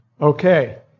Okay